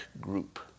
group